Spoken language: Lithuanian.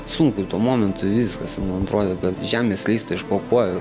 sunku tuo momentu viskas man atrodė kad žemė slysta iš po kojų